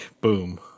Boom